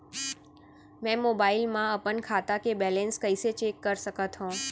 मैं मोबाइल मा अपन खाता के बैलेन्स कइसे चेक कर सकत हव?